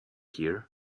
here